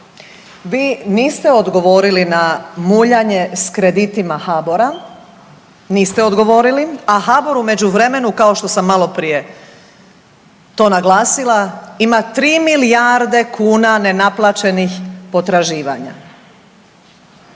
vi niste odgovorili na muljanje s kreditima HABOR-a, niste odgovorili, a HABOR u međuvremenu kao što sam maloprije to naglasila ima tri milijarde kuna nenaplaćenih potraživanja.